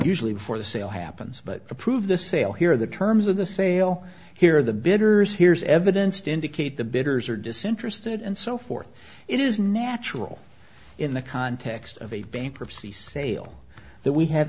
usually before the sale happens but approve the sale here the terms of the sale here the bidders here's evidence to indicate the bidders are disinterested and so forth it is natural in the context of a bankruptcy sale that we have